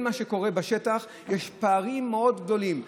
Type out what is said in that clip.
מה שקורה בשטח יש פערים מאוד גדולים,